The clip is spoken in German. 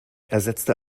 ersetzte